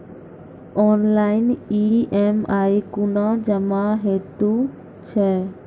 Online EMI कूना जमा हेतु छै?